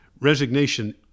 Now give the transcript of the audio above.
resignation